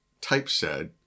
typeset